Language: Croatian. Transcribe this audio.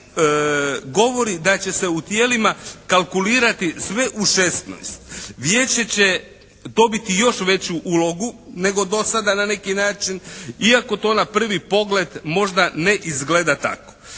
Ali onaj, govori da će se u tijelima kalkulirati sve u 16. Vijeće će dobiti još veću ulogu nego dosada na neki način, iako to na prvi pogled možda ne izgleda tako.